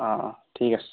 অঁ অঁ ঠিক আছে